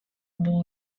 bowl